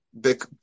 big